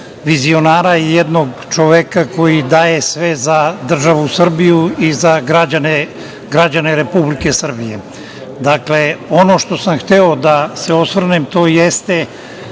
vizionara i jednog čoveka koji daje sve za državu Srbiju i za građane Republike Srbije. Ono što sam hteo da se osvrnem to je,